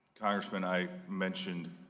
congressman, i mentioned,